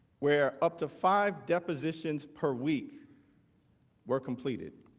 where up to five depositions per week were completed